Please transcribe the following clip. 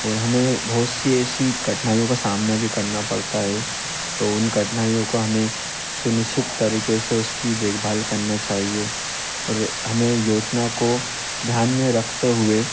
और हमें बहुत सी ऐसी कठिनाइयों का सामना भी करना पड़ता है तो उन कठिनाइयों का हमें सुनिश्चित तरीके से उसकी देखभाल करना चाहिए और हमें योजना को ध्यान में रखते हुए